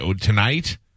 tonight